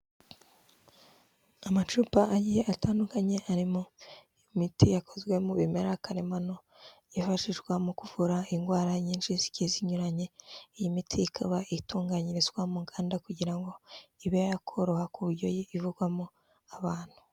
Amacupa agiye atandukanye, arimo iyo miti yakozwe mu bimera karemano, yifashishwa mu kuvura indwara nyinshi zigiye zinyuranye, iyi miti ikaba itunganyirizwa mu nganda kugira ngo ibe yakoroha ku buryo ivugwamo abantu.